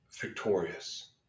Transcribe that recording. victorious